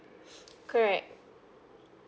correct